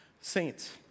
Saints